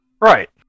Right